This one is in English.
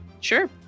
Sure